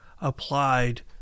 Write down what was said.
applied